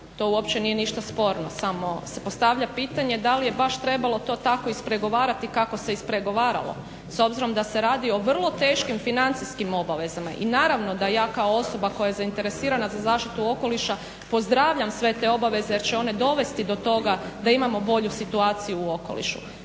to uopće nije ništa sporno samo se postavlja pitanje da li je baš trebalo to tako ispregovarati kako se ispregovaralo s obzirom da se radi o vrlo teškim financijskim obavezama. I naravno da ja kao osoba koja je zainteresirana za zaštitu okoliša pozdravljam sve te obaveze jer će one dovesti do toga da imamo bolju situaciju u okolišu.